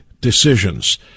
decisions